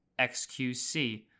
XQC